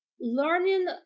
learning